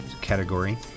category